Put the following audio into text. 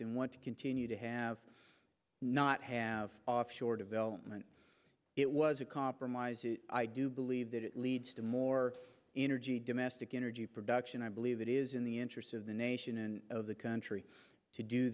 and want to continue to have not have offshore development it was a compromise i do believe that it leads to more energy domestic energy production i believe that is in the interest of the nation and of the country to do